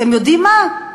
אתם יודעים מה,